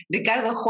Ricardo